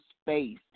space